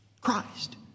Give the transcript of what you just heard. Christ